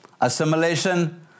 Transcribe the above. assimilation